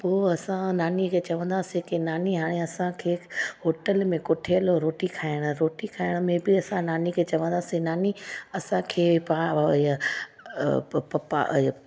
पोइ असां नानी खे चवंदासीं की नानी हाणे असांखे होटल में कुठी हलो रोटी खाइणु रोटी खाइण में बि असां नानीअ खे चवंदासीं नानी असांखे पा आ ओ य अ प पपा